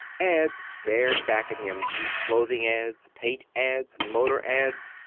ads started back at him clothing ads, paint ads, motor ads,